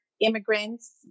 immigrants